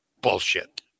bullshit